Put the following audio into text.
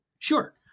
Sure